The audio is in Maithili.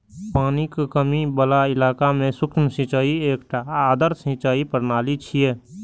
पानिक कमी बला इलाका मे सूक्ष्म सिंचाई एकटा आदर्श सिंचाइ प्रणाली छियै